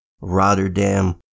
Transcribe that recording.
Rotterdam